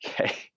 Okay